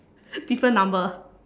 different number